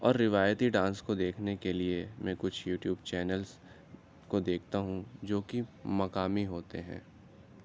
اور روایتی ڈانس کو دیکھنے کے لیے میں کچھ یوٹیوب چینلز کو دیکھتا ہوں جو کہ مقامی ہوتے ہیں